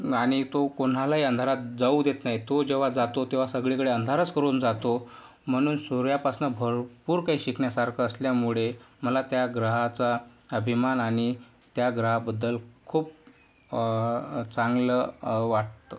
आणि तो कोणालाही अंधारात जाऊ देत नाही तो जेव्हा जातो तेव्हा सगळीकडे अंधारच करून जातो म्हणून सूर्यापासनं भरपूर काही शिकण्यासारखं असल्यामुळे मला त्या ग्रहाचा अभिमान आणि त्या ग्रहाबद्दल खूप चांगलं वाटतं